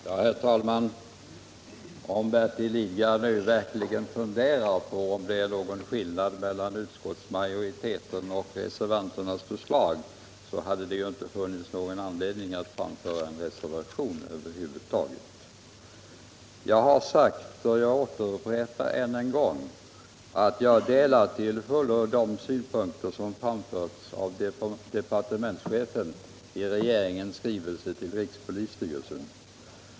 Herr talman! Om Bertil Lidgard verkligen funderat på om det är någon skillnad mellan utskottsmajoritetens och reservanternas förslag hade det ju inte funnits någon anledning att framföra en reservation över huvud taget. Jag har sagt, och jag säger det ännu en gång, att jag till fullo delar de synpunkter som framförts av departementschefen i regeringens skrivelse till rikspolisstyrelsen.